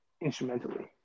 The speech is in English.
instrumentally